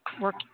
work